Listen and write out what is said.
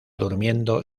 durmiendo